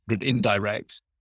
indirect